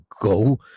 go